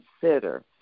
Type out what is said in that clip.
consider